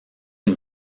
une